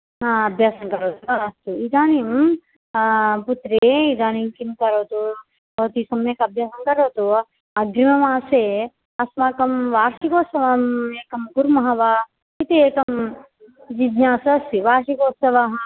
अभ्यासं करोतु वा अस्तु इदानीं पुत्रि इदानीं किं करोतु भवती सम्यक् अभ्यासं करोतु अग्रिममासे अस्माकं वार्षिकोत्सवम् एकं कुर्मः वा इति एकं जिज्ञासा अस्ति वार्षिकोत्सवः